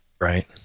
Right